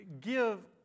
give